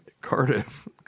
Cardiff